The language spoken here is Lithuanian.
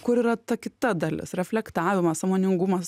kur yra ta kita dalis reflektavimas sąmoningumas